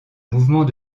mouvement